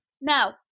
Now